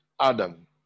Adam